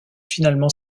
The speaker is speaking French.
finalement